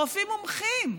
ברופאים מומחים.